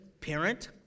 parent